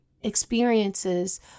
experiences